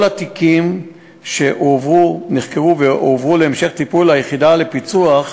כל התיקים שנחקרו הועברו להמשך טיפול יחידת הפיצו"ח